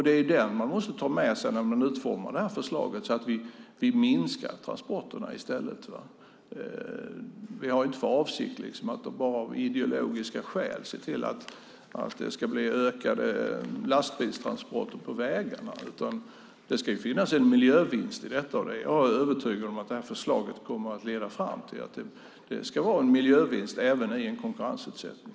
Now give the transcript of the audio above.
Det är den man måste ta med sig när man utformar det här förslaget så att vi minskar transporterna i stället. Vi har inte för avsikt att av ideologiska skäl se till att det blir ökade lastbilstransporter på vägarna. Det ska finnas en miljövinst i detta. Det är jag övertygad om att det här förslaget kommer att leda fram till. Det ska vara en miljövinst även i en konkurrensutsättning.